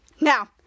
now